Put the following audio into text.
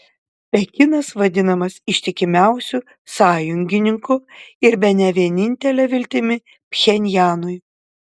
pekinas vadinamas ištikimiausiu sąjungininku ir bene vienintele viltimi pchenjanui